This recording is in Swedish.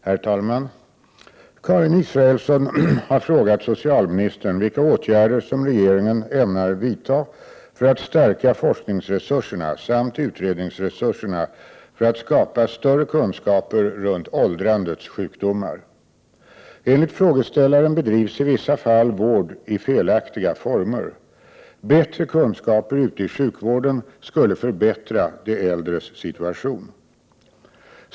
Herr talman! Karin Israelsson har frågat socialministern vilka åtgärder som regeringen ämnar vidta för att stärka forskningsresurserna samt utredningsresurserna för att skapa större kunskaper runt åldrandets sjukdomar. Enligt frågeställaren bedrivs i vissa fall vård i felaktiga former. Bättre kunskaper ute i sjukvården skulle förbättra de äldres situation.